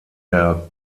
der